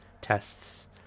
tests